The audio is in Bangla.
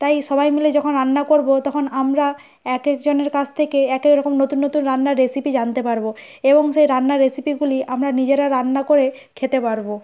তাই সবাই মিলে যখন রান্না করব তখন আমরা এক একজনের কাছ থেকে এক এক রকম নতুন নতুন রান্নার রেসিপি জানতে পারব এবং সেই রান্নার রেসিপিগুলি আমরা নিজেরা রান্না করে খেতে পারব